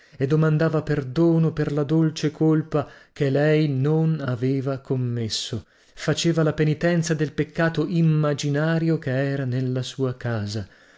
domandava perdono per la dolce colpa che lei non aveva commesso faceva la penitenza del peccato immaginario che era nella sua casa